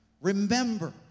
Remember